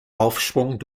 aufschwung